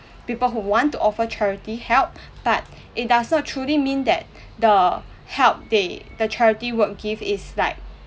people who want to offer charity help but it does not truly mean that the help they the charity work give is like